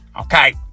okay